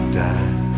die